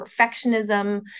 perfectionism